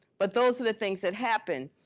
but those are the things that happened.